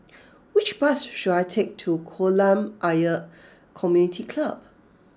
which bus should I take to Kolam Ayer Community Club